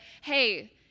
hey